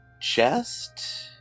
chest